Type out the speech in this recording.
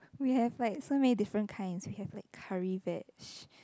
we have like so many different kinds we have like curry veg